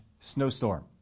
snowstorm